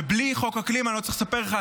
בלי חוק האקלים אני לא צריך לספר לך,